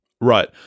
Right